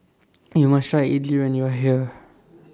YOU must Try Idili when YOU Are here